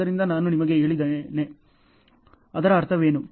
ಆದ್ದರಿಂದ ನಾನು ನಿಮಗೆ ಹೇಳಿದ್ದೇನೆ ಅದರ ಅರ್ಥವೇನು